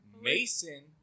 Mason